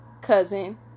cousin